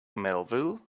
melville